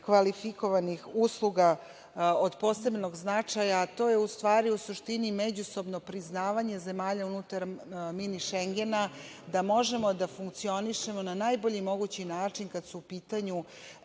kvalifikovanih usluga od posebnog značaja, a to je u stvari, u suštini, međusobno priznavanje zemalja unutar „mini Šengena“ da možemo da funkcionišemo na najbolji mogući način kad su u pitanju